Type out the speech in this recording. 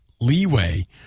leeway